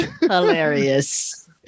hilarious